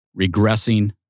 regressing